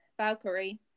Valkyrie